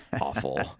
awful